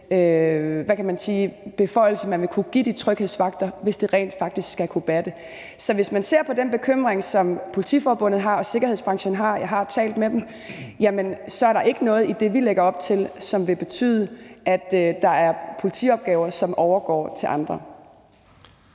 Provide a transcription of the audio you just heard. hvad kan man sige, beføjelse, man vil kunne give de tryghedsvagter, hvis det rent faktisk skal kunne batte. Så hvis man ser på den bekymring, som Politiforbundet har, og som sikkerhedsbranchen har – jeg har talt med dem – så er der ikke noget i det, vi lægger op til, som vil betyde, at der er politiopgaver, som overgår til andre.